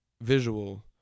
visual